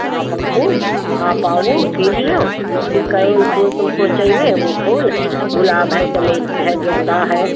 हाँ तऊ आवो आप आवौ केर लेओ कि कौन फूल तुमको चहिए वो फूल गुलाब है चमेली है गेंदा है